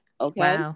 Okay